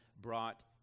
brought